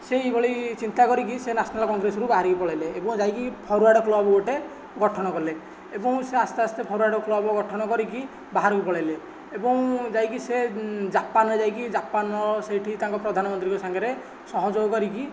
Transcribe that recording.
ସେଇଭଳି ଚିନ୍ତା କରିକି ସେ ନ୍ୟାସନାଲ୍ କଂଗ୍ରେସରୁ ବାହରିକି ପଳାଇଲେ ଏବଂ ଯାଇକି ଫରୱାର୍ଡ଼ କ୍ଳବ୍ ଗୋଟେ ଗଠନ କଲେ ଏବଂ ସେ ଆସ୍ତେ ଆସ୍ତେ ଫରୱାର୍ଡ଼ କ୍ଲବ୍ ଗଠନ କରିକି ବାହାରକୁ ପଳାଇଲେ ଏବଂ ଯାଇକି ସେ ଜାପାନ ଯାଇକି ଜାପାନ ସେଠି ତାଙ୍କ ପ୍ରଧାନମନ୍ତ୍ରୀଙ୍କ ସାଙ୍ଗରେ ସହଯୋଗ କରିକି